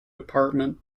department